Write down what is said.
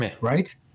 right